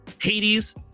Hades